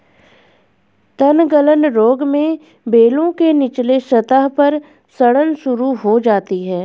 तनगलन रोग में बेलों के निचले सतह पर सड़न शुरू हो जाती है